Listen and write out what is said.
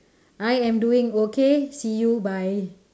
I am doing okay see you bye